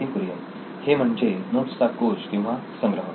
नितीन कुरियन हे म्हणजे नोट्सचा कोश किंवा संग्रह